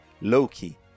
Loki